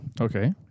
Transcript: Okay